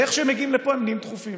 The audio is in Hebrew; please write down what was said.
ואיך שהם מגיעים לפה הם נהיים דחופים?